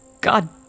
god